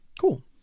Cool